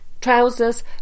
trousers